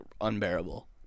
unbearable